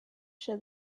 show